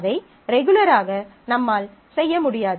அதை ரெகுலராக நம்மால் செய்ய முடியாது